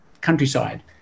countryside